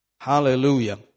Hallelujah